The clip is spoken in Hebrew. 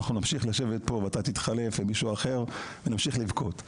אנחנו נמשיך לשבת פה ואתה תתחלף עם מישהו אחר ונמשיך לבכות.